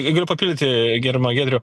g galiu papildyti gerbiamą giedrių